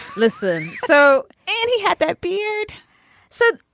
listen. so and he had that beard said,